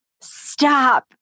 stop